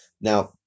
Now